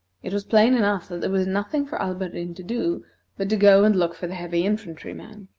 it was plain enough that there was nothing for alberdin to do but to go and look for the heavy infantry man.